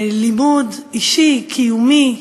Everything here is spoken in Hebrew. לימוד אישי, קיומי,